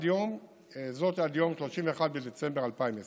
וזאת עד יום 31 בדצמבר 2020